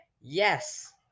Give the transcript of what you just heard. yes